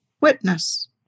witness